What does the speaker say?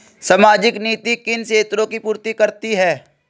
सामाजिक नीति किन क्षेत्रों की पूर्ति करती है?